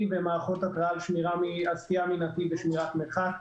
ומערכות התרעה על סטייה מנתיב ושמירת מרחק,